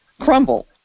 crumble